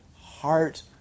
heart